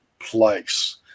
place